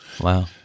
Wow